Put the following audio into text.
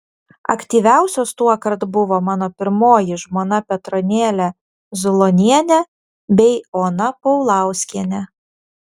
aktyviausios tuokart buvo mano pirmoji žmona petronėlė zulonienė bei ona paulauskienė